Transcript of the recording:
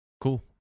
Cool